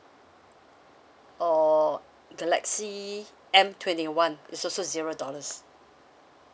or galaxy M twenty one is also zero dollars